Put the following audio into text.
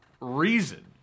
reason